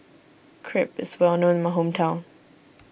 Crepe is well known in my hometown